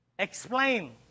Explain